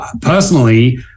personally